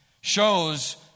shows